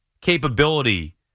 capability